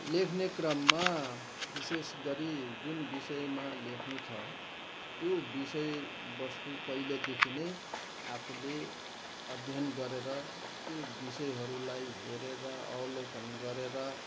लेख्ने क्रममा विशेष गरी जुन विषयमा लेख्नु छ त्यो विषयवस्तु पहिलादेखि नै आफूले अध्ययन गरेर त्यो विषयहरूलाई हेरेर अवलोकन गरेर